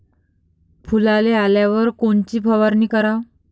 फुलाले आल्यावर कोनची फवारनी कराव?